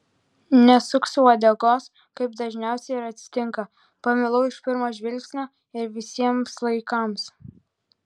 nesuksiu uodegos kaip dažniausiai ir atsitinka pamilau iš pirmo žvilgsnio ir visiems laikams